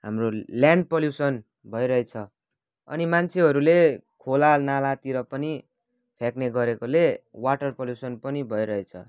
हाम्रो land pollution भइरहेछ अनि मान्छेहरूले खोला नालातिर पनि फ्याँक्ने गरेकोले वाटर पल्युसन पनि भइरहेछ